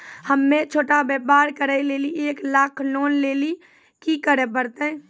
हम्मय छोटा व्यापार करे लेली एक लाख लोन लेली की करे परतै?